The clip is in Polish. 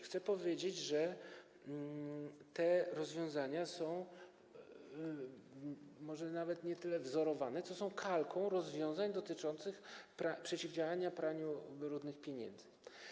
Chcę powiedzieć, że te rozwiązania może nawet nie tyle są wzorowane, ile są kalką rozwiązań dotyczących przeciwdziałania praniu brudnych pieniędzy.